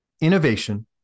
innovation